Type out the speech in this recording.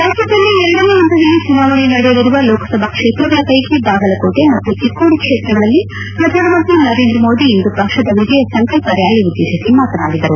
ರಾಜ್ದದಲ್ಲಿ ಎರಡನೇ ಪಂತದಲ್ಲಿ ಚುನಾವಣೆ ನಡೆಯಲಿರುವ ಲೋಕಸಭಾ ಕ್ಷೇತ್ರಗಳ ಪೈಕಿ ಬಾಗಲಕೋಟೆ ಮತ್ತು ಚಿಕ್ಕೋಡಿ ಕ್ಷೇತ್ರಗಳಲ್ಲಿ ಪ್ರಧಾನಮಂತ್ರಿ ನರೇಂದ್ರ ಮೋದಿ ಇಂದು ಪಕ್ಷದ ವಿಜಯ ಸಂಕಲ್ಪ ರ್ಕಾಲಿ ಉದ್ದೇಶಿಸಿ ಮಾತನಾಡಿದರು